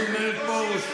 אין כמעט רפורמים בישראלים.